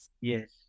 Yes